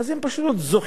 כמו שאמרתי קודם.